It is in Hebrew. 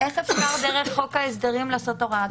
איך אפשר דרך חוק ההסדרים לעשות הוראת שעה?